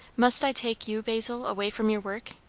must i take you, basil, away from your work?